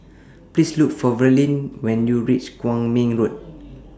Please Look For Verlie when YOU REACH Kwong Min Road